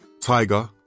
Tiger